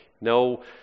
No